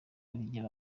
rigira